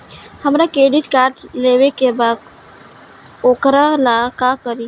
हमरा credit card लेवे के बा वोकरा ला का करी?